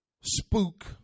spook